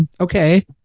okay